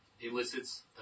elicits